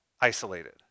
isolated